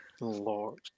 Lord